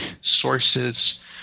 sources